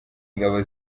ingabo